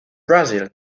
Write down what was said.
brazil